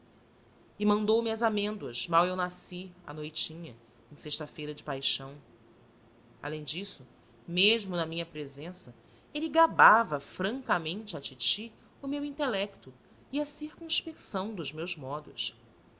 e mandoume as amêndoas mal eu nasci à noitinha em sexta-feira da paixão além disso mesmo na minha presença ele gabava francamente à titi o meu intelecto e a circunspecção dos meus modos